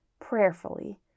prayerfully